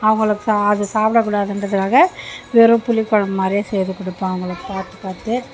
அவங்களுக்கு அது சாப்பிட கூடாதுன்றத்துக்காக வெறும் புளி குழம்பு மாதிரியே செய்து கொடுப்பேன் அவங்களுக்கு பார்த்து பார்த்து